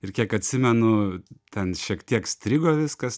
ir kiek atsimenu ten šiek tiek strigo viskas